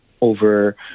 over